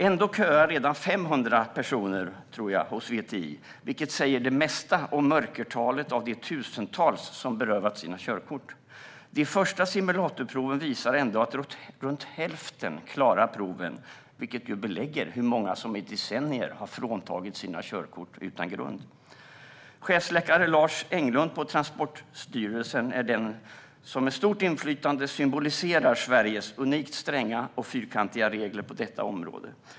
Ändå köar redan 500 personer, tror jag, hos VTI, vilket säger det mesta om mörkertalet av de tusentals som berövats sina körkort. De första simulatorproven visar ändå att runt hälften klarar proven, vilket ju belägger hur många som i decennier har fråntagits sina körkort utan grund. Chefsläkare Lars Englund på Transportstyrelsen är den som med stort inflytande symboliserar Sveriges unikt stränga och fyrkantiga regler på detta område.